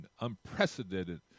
unprecedented